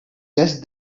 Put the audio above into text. just